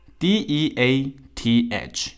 death